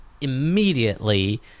immediately